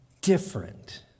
different